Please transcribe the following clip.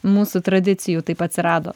mūsų tradicijų taip atsirado